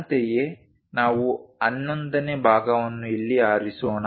ಅಂತೆಯೇ ನಾವು 11 ನೇ ಭಾಗವನ್ನು ಇಲ್ಲಿ ಆರಿಸೋಣ